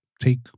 take